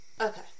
Okay